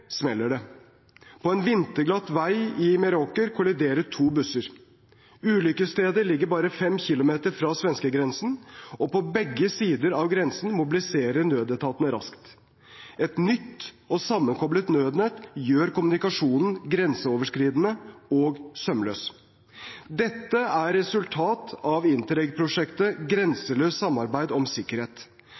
smeller det. På en vinterglatt vei i Meråker kolliderer to busser. Ulykkesstedet ligger bare fem kilometer fra svenskegrensen, og på begge sider av grensen mobiliserer nødetatene raskt. Et nytt og sammenkoblet nødnett gjør kommunikasjonen grenseoverskridende og sømløs. Dette er resultatet av Interreg-prosjektet Grenseoverskridende samarbeid for sikkerhet.